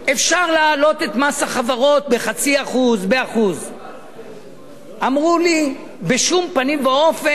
שאפשר להעלות את מס החברות ב-0.5% 1%. אמרו לי: בשום פנים ואופן.